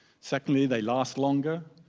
secondly, they last longer.